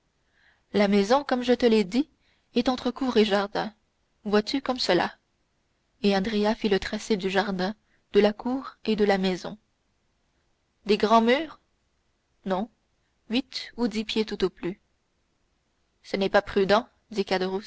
la maison comme je te l'ai dit est entre cour et jardin vois-tu comme cela et andrea fit le tracé du jardin de la cour et de la maison des grands murs non huit ou dix pieds tout au plus ce n'est pas prudent